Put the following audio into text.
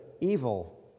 evil